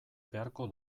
beharko